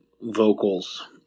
vocals